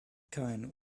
kein